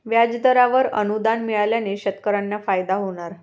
व्याजदरावर अनुदान मिळाल्याने शेतकऱ्यांना फायदा होणार